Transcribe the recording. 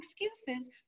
excuses